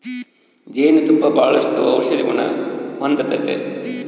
ಜೇನು ತುಪ್ಪ ಬಾಳಷ್ಟು ಔಷದಿಗುಣ ಹೊಂದತತೆ